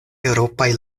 eŭropaj